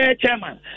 Chairman